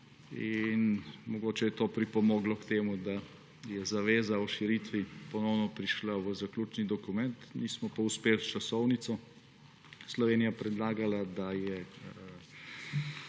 Mogoče je to pripomoglo k temu, da je zaveza o širitvi ponovno prišla v zaključni dokument. Nismo pa uspeli s časovnico. Slovenija je predlagala, da je